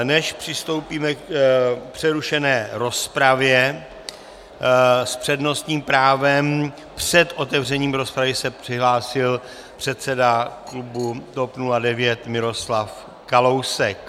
Než přistoupíme k přerušené rozpravě, s přednostním právem před otevřením rozpravy se přihlásil předseda klubu TOP 09 Miroslav Kalousek.